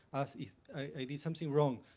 as if i did something wrong.